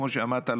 כמו שאמרת,